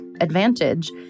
advantage